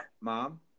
Mom